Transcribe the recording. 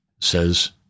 says